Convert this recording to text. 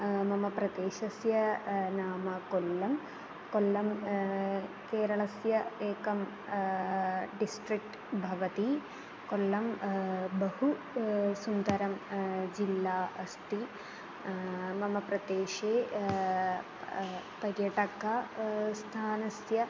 मम प्रदेशस्य नाम कोल्लं कोल्लं केरळस्य एकं डिस्ट्रिक्ट् भवति कोल्लं बहु सुन्दरं जिल्ला अस्ति मम प्रदेशे पर्यटकं स्थानस्य